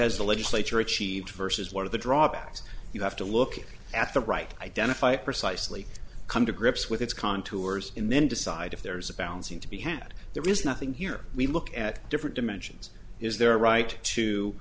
has the legislature achieved versus one of the drawbacks you have to look at the right identify precisely come to grips with its contours and then decide if there is a balancing to be had there is nothing here we look at different dimensions is there a right to